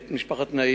את משפחת נעים,